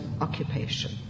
occupation